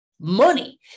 money